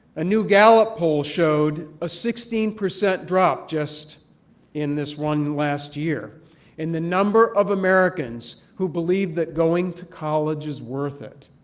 a new gallup poll showed a sixteen percent drop just in this one last year in the number of americans who believe that going to college is worth it.